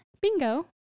bingo